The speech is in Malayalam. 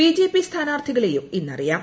ബിജെപി സ്ഥാനാർത്ഥികളെയും ഇന്ന് അറിയാം